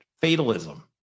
fatalism